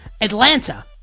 Atlanta